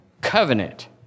covenant